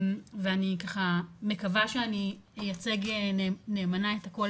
אני מקווה שאני אייצג נאמנה את הקול